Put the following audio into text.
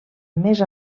més